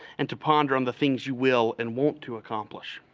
and to ponder on the things you will and want to accomplish.